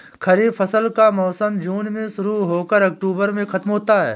खरीफ फसल का मौसम जून में शुरू हो कर अक्टूबर में ख़त्म होता है